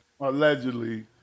Allegedly